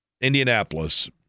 Indianapolis –